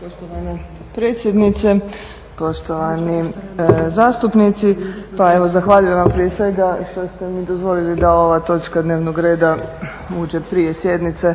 poštovana potpredsjednice, poštovani zastupnici. Pa evo zahvaljujem prije svega što ste mi dozvolili da ova točka dnevnog reda uđe prije sjednice,